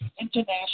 International